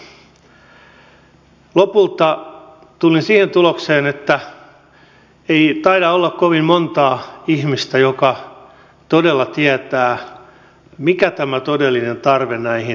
lopulta tulin siihen tulokseen että ei taida olla kovin montaa ihmistä joka todella tietää mikä tämä todellinen tarve työllisyysmäärärahoihin on